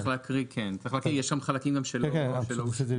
צריך להקריא כן, יש שם חלקים גם שלא אושרו.